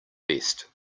vest